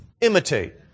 imitate